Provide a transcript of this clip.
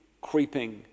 creeping